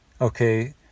okay